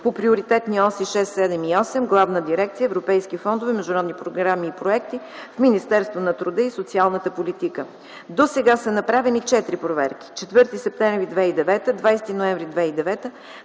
по приоритетни оси 6, 7 и 8 - Главна дирекция „Европейски фондове, международни програми и проекти” в Министерството на труда и социалната политика. Досега са направени четири проверки: 4 септември 2009 г.; 20 ноември 2009